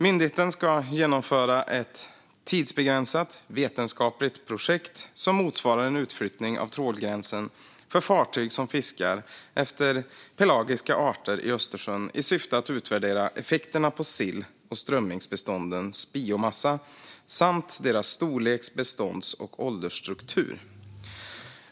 Myndigheten ska genomföra ett tidsbegränsat vetenskapligt projekt som motsvarar en utflyttning av trålgränsen för fartyg som fiskar efter pelagiska arter i Östersjön i syfte att utvärdera effekterna på sill och strömmingsbeståndens biomassa samt deras storleks, bestånds och åldersstruktur.